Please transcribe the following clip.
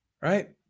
right